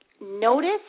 notice